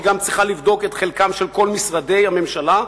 היא גם צריכה לבדוק את חלקם של כל משרדי הממשלה,